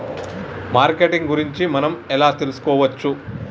Marketing గురించి మనం ఎలా తెలుసుకోవచ్చు?